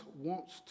wants